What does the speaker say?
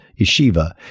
Yeshiva